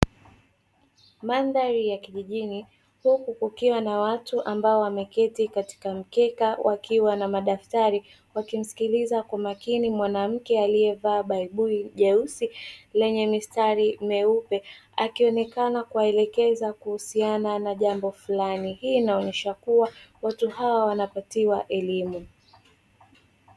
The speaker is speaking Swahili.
Mandhari ya kijijini huku kukiwa na watu ambao wameketi katika mkeka wakiwa na madaftari, wakimsikiliza kwa makini mwanamke aliyevaa baibui jeusi lenye mistari myeupe, akionekana kuwaelekeza kuhusiana na jambo flani. Hii inaonesha kuwa watu hawa wanapatiwa elimu.